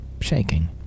shaking